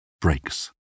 breaks